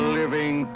living